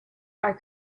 are